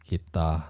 kita